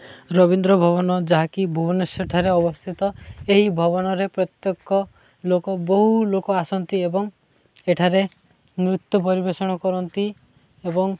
ରବୀନ୍ଦ୍ର ଭବନ ଯାହାକି ଭୁବନେଶ୍ୱରଠାରେ ଅବସ୍ଥିତ ଏହି ଭବନରେ ପ୍ରତ୍ୟେକ ଲୋକ ବହୁ ଲୋକ ଆସନ୍ତି ଏବଂ ଏଠାରେ ନୃତ୍ୟ ପରିବେଷଣ କରନ୍ତି ଏବଂ